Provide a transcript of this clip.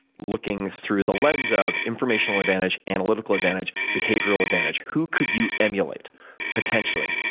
looking through the lens of informational advantage, analytical advantage, behavioral advantage who could you emulate potentially?